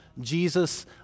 Jesus